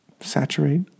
saturate